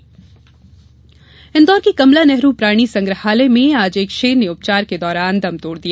शेर मृत्यु इंदौर के कमला नेहरु प्राणी संग्रहालय में आज एक शेर ने उपचार के दौरान दम तोड़ दिया